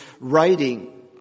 writing